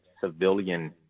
civilian